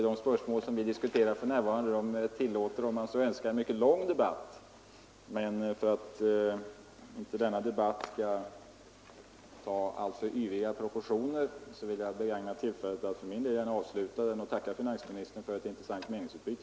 De spörsmål vi för närvarande diskuterar tillåter, om man så önskar, en mycket lång debatt, men för att inte denna debatt skall anta alltför yviga proportioner vill jag begagna tillfället att för min del gärna avsluta den och tacka finansministern för ett intressant meningsutbyte.